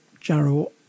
Jarrow